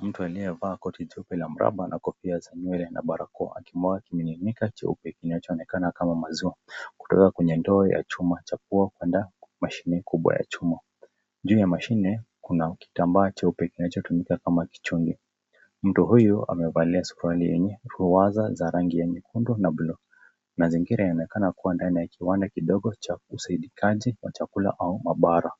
Mtu aliyevaa koti jeusi la mraba na kofia za nywele na barakoa akimwaga kimiminika cheupe kinachoonekana kama maziwa kutoka kwenye ndoo ya chuma chapua kwenda mashine kubwa ya chuma. Juu ya mashine kuna kitambaa cheupe kinachotumika kama kichungi. Mtu huyo amevalia suruali yenye ruwaza za rangi ya nyekundu na blue. Mazingira yanaonekana kuwa ndani ya kiwanda kidogo cha usaidikaji wa chakula au mabara.